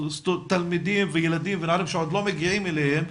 שתלמידים וילדים ונערים שעוד לא מגיעים אליהם,